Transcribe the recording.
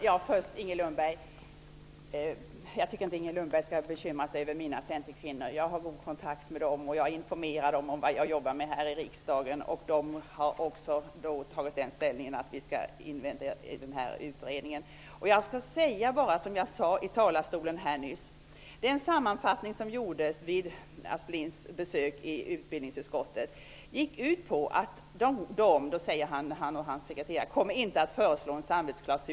Herr talman! Jag tycker inte att Inger Lundberg skall bekymra sig över mina centerkvinnor. Jag har god kontakt med dem, och jag informerar dem om vad jag jobbar med här i riksdagen. De anser också att vi skall invänta utredningen. Jag vill upprepa vad jag sade nyss, nämligen att den sammanfattning som gjordes vid Aspelins besök i utbildningsutskottet gick ut på att han och hans sekreterare inte kommer att föreslå en samvetsklausul.